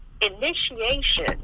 initiation